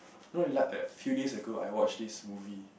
no like few days ago I watch this movie